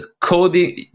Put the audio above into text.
coding